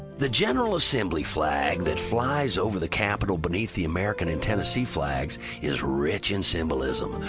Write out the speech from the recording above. the general assembly flag that flies over the capitol beneath the american and tennessee flags is rich in symbolism.